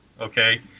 okay